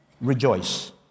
rejoice